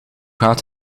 gaat